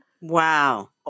Wow